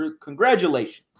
congratulations